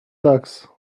ducks